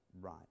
right